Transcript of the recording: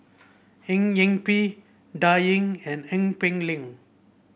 Eng Yee Peng Dan Ying and Ee Peng Liang